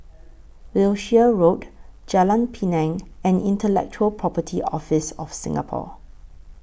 Wiltshire Road Jalan Pinang and Intellectual Property Office of Singapore